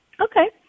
Okay